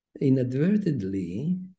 inadvertently